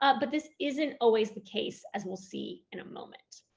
ah but this isn't always the case, as we'll see in a moment.